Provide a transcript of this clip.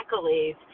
accolades